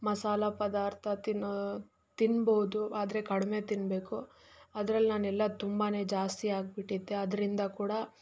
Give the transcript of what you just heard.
ಮಸಾಲೆ ಪದಾರ್ಥ ತಿನ್ನೋ ತಿನ್ಬೌದು ಆದರೆ ಕಡಿಮೆ ತಿನ್ನಬೇಕು ಅದ್ರಲ್ಲಿ ನಾನು ಎಲ್ಲ ತುಂಬಾ ಜಾಸ್ತಿ ಹಾಕಿಬಿಟ್ಟಿದ್ದೆ ಅದರಿಂದ ಕೂಡ